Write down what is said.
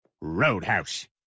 roadhouse